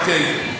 אוקיי,